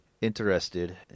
interested